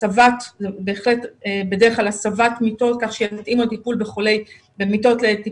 בדרך כלל הסבת מיטות כך שיתאים לטיפול בחולי קורונה.